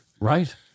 right